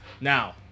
Now